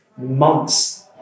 months